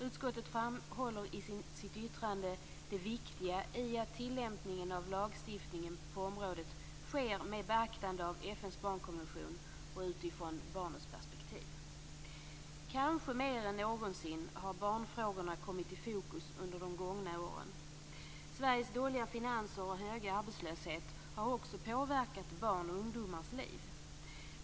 Utskottet framhåller i sitt yttrande det viktiga i att tillämpningen av lagstiftningen på området sker med beaktande av FN:s barnkonvention och utifrån barnets perspektiv. Kanske mer än någonsin har barnfrågorna kommit i fokus under de gångna åren. Sveriges dåliga finanser och höga arbetslöshet har också påverkat barn och ungdomars liv.